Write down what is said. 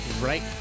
right